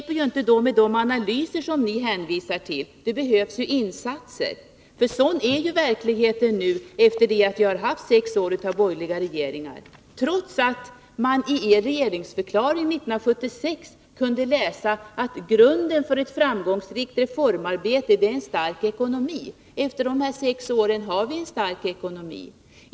De analyser som ni hänvisar till hjälper inte — det behövs ju insatser. Sådan är verkligheten nu efter sex år med borgerliga regeringar, trots att man i er regeringsdeklaration 1976 kunde läsa att grunden för ett framgångsrikt reformarbete är en stark ekonomi. Efter de här sex åren — har vi en stark ekonomi?